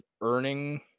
earning